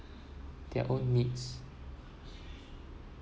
their own needs